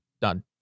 done